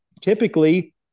typically